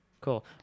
cool